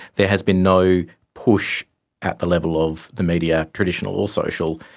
there has been no push at the level of the media, traditional or social,